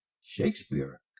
Shakespeare